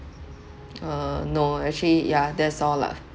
uh no actually ya that's all lah